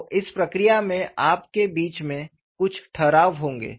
तो इस प्रक्रिया में आपके बीच में कुछ ठहराव होंगे